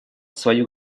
свою